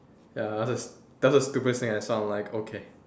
ya that's that was the stupidest thing I saw I'm like okay